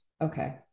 okay